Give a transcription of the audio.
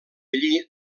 lli